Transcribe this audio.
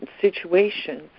situations